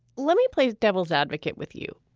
let me play devil's advocate with you.